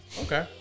Okay